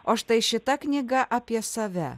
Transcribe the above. o štai šita knyga apie save